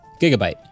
Gigabyte